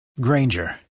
Granger